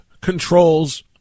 controls